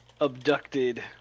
abducted